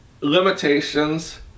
limitations